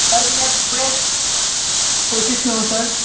sir मैं पूरे कोशिश में हूँ सर